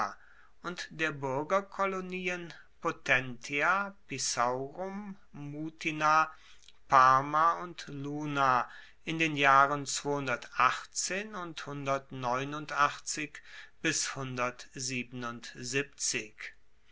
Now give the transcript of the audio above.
und der buergerkolonien potentia pisaurum mutina parma und luna in den jahren und